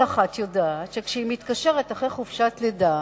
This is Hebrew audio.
כל אחת יודעת שכאשר היא מתקשרת אחרי חופשת לידה,